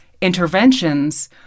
interventions